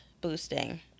boosting